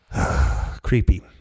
Creepy